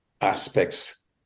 aspects